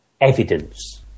evidence